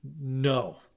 No